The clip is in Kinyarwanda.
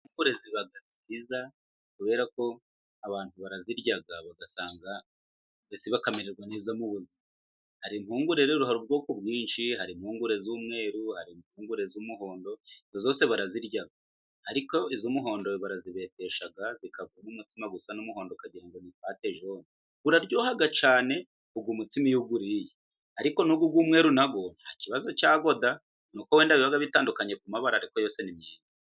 Impungure ziba nziza kubera ko abantu barazirya, bakamererwa mu buzima. Impungure rero ,hari ubwoko bwinshi hari impungure z'umweru hari impungure z'umuhondo ,izo zose barazirya. Ariko iz'umuhondo barazibetesha, zikavana umutsima usa n'umuhondo, ukagira ngo ni Pate Jone . Uraryoha cyane, uwo umutsima iyo uwuriye. Ariko n'uyu w' umweru na wo, nta kibazo cyawo da! Nuko wenda biba bitandukanye ku mabara, ariko yose ni myiza.